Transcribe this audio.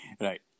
Right